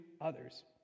others